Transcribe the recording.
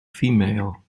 female